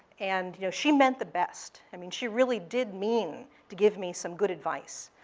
and you know she meant the best. i mean she really did mean to give me some good advice.